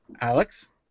Alex